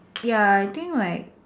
ya I think like